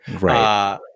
Right